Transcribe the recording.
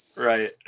right